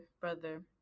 brother